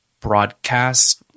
broadcast